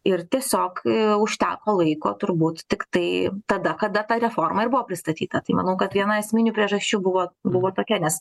ir tiesiog užteko laiko turbūt tiktai tada kada ta reforma ir buvo pristatyta tai manau kad viena esminių priežasčių buvo buvo tokia nes